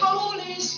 Holy